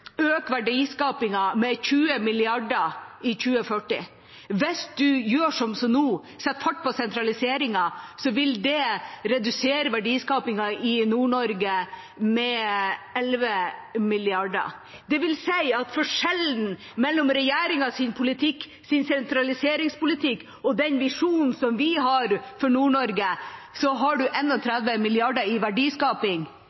øke verdiskapingen med 20 mrd. kr fram mot 2040. Hvis man gjør sånn som nå og setter fart på sentraliseringen, vil det redusere verdiskapingen i Nord-Norge med 11 mrd. kr. Det vil si at forskjellen mellom regjeringas sentraliseringspolitikk og den visjonen vi har for